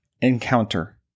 Encounter